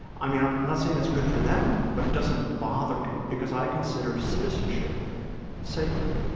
i mean, i'm not saying it's good for them, but it doesn't bother me because i consider citizenship sacred.